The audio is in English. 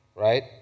Right